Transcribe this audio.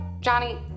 Johnny